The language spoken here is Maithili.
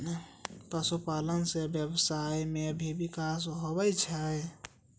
पशुपालन से व्यबसाय मे भी बिकास हुवै छै